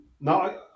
no